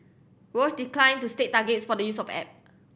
Roche declined to state targets for the use of app